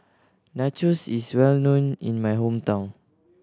nachos is well known in my hometown